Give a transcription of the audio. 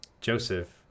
joseph